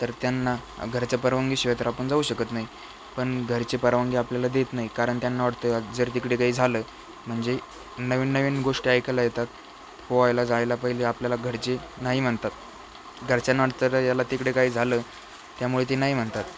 तर त्यांना घरच्या परवानगीशिवाय तर आपण जाऊ शकत नाही पण घरचे परवानगी आपल्याला देत नाही कारण त्यांना वाटतं जर तिकडे काही झालं म्हणजे नवीन नवीन गोष्टी ऐकायला येतात पोहायला जायला पहिले आपल्याला घरचे नाही म्हणतात घरच्यांना वाटतं रं याला तिकडे काही झालं त्यामुळे ते नाही म्हणतात